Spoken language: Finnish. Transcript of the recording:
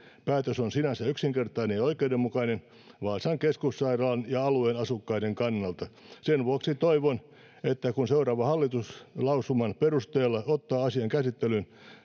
päätös on sinänsä yksinkertainen ja oikeudenmukainen vaasan keskussairaalan ja alueen asukkaiden kannalta sen vuoksi toivon että kun seuraava hallitus lausuman perusteella ottaa asian käsittelyyn